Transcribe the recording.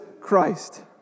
Christ